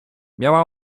miała